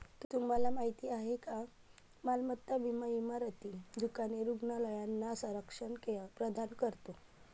तुम्हाला माहिती आहे का मालमत्ता विमा इमारती, दुकाने, रुग्णालयांना संरक्षण प्रदान करतो